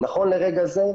נכון לרגע זה,